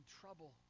trouble